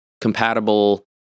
compatible